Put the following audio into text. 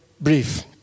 brief